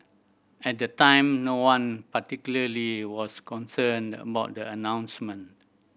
at the time no one particularly was concerned about the announcement